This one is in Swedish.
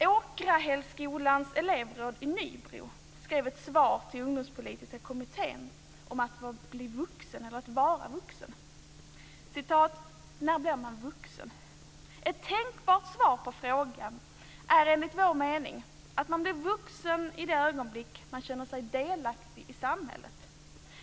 Åkrahällskolans elevråd i Nybro skrev ett svar till "När blir man vuxen? Ett tänkbart svar på frågan är, enligt vår mening, att man blir vuxen i det ögonblick man känner sig delaktig i samhället.